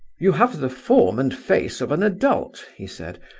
you have the form and face of an adult he said,